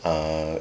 err